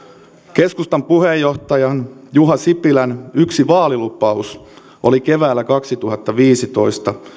keskustan puheenjohtajan juha sipilän yksi vaalilupaus oli keväällä kaksituhattaviisitoista